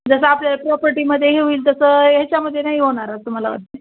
जसं आपल्या प्रॉपर्टीमध्ये हे होईल तसं ह्याच्यामध्ये नाही होणार तुम्हाला वाटते